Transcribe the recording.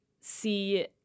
see